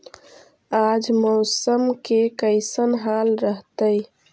आज मौसम के कैसन हाल रहतइ?